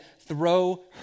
throw